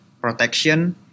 protection